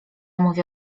mówię